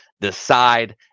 decide